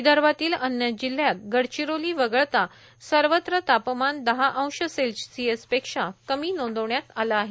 विदर्भातील अन्य जिल्ह्यात गडचिरोली वगळता सर्वत्र तापमान दहा अंश सेल्सियस पेक्षा कमी नोंदविण्यात आलं आहे